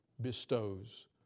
bestows